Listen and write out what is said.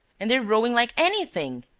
and they're rowing like anything!